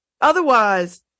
Otherwise